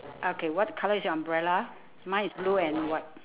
okay what colour is your umbrella mine is blue and white